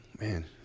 man